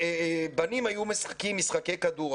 אני חייבת להגיד שהחברות שלי בליגה הלאומית